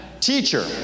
teacher